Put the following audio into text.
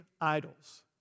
idols